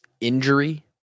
injury